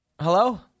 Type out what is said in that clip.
Hello